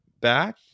back